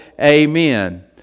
Amen